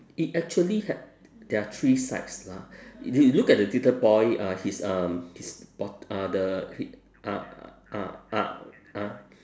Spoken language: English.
it actually ha~ there are three sides lah you look at the little boy uh his um his bot~ uh the he ah ah ah ah